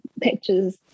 pictures